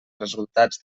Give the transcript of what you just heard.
resultats